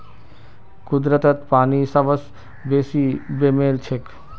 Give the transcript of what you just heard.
कुदरतत पानी सबस बेसी बेमेल छेक